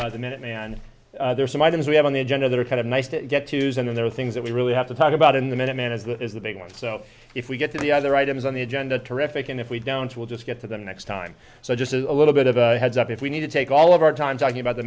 about the minuteman there are some items we have on the agenda that are kind of nice to get to use and then there are things that we really have to talk about in the minute man as that is the big one so if we get to the other items on the agenda terrific and if we don't we'll just get to them next time so just a little bit of a heads up if we need to take all of our time talking about the